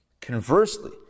Conversely